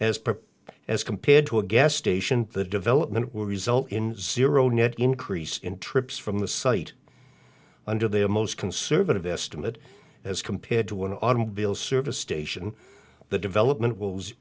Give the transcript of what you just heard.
per as compared to a gas station the development will result in zero net increase in trips from the site under their most conservative estimate as compared to an automobile service station the development will